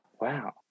Wow